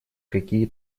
какие